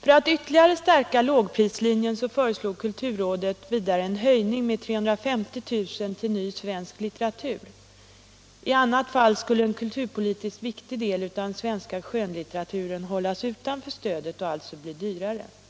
För att ytterligare stärka lågprislinjen föreslog kulturrådet vidare en höjning med 350 000 kr. till ny svensk litteratur. I annat fall skulle en kulturpolitiskt viktig del av den svenska skönlitteraturen hållas utanför stödet och alltså bli dyrare.